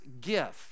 gift